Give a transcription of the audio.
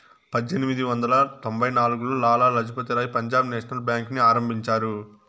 పజ్జేనిమిది వందల తొంభై నాల్గులో లాల లజపతి రాయ్ పంజాబ్ నేషనల్ బేంకుని ఆరంభించారు